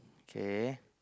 kay